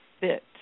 fit